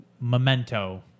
Memento